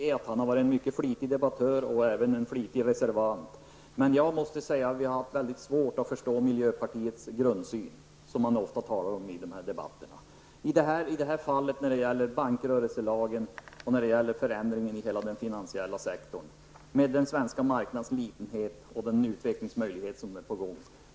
Herr talman! Jag vill till Lars Norberg medge att han har varit en flitig debattör och flitig reservant. Men jag måste säga att vi i utskottet haft svårt att förstå miljöpartiets grundsyn, som han ofta talar om i dessa debatter. Detta fall gäller bankrörelselagen och förändringar i den finansiella sektorn, den svenska marknadens litenhet och den utveckling som är på gång.